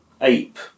ape